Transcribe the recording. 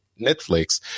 Netflix